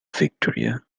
victoria